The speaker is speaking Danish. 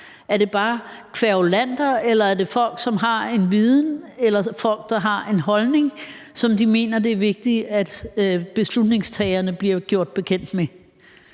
Er det bare kværulanter, eller er det folk, som har en viden, eller folk, der har en holdning, som de mener det er vigtigt at beslutningstagerne bliver gjort bekendt med?